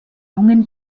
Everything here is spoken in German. jungen